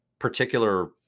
particular